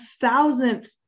thousandth